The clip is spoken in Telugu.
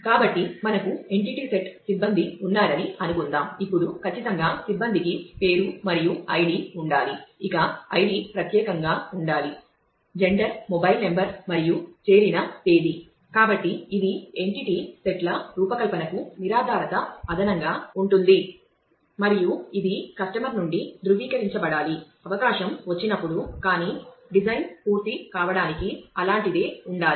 కాబట్టి మనకు ఎంటిటీ సెట్ సిబ్బంది ఉన్నారని అనుకుందాం ఇప్పుడు ఖచ్చితంగా సిబ్బందికి పేరు మరియు ఐడి ఉండాలి ఇక ఐడి ప్రత్యేకంగా ఉండాలి జెండర్ పూర్తి కావడానికి అలాంటిదే ఉండాలి